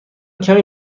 کمی